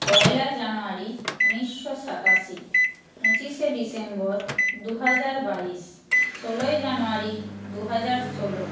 পয়লা January ঊনিশশো সাতাশি পঁচিশে ডিসেম্বর দু হাজার বাইশ ষোলোই জানুয়ারি দু হাজার ষোলো